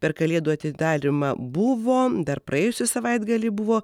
per kalėdų atidarymą buvo dar praėjusį savaitgalį buvo